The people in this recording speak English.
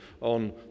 on